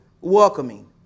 welcoming